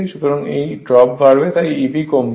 সুতরাং এই ড্রপ বাড়বে তাই Eb কমবে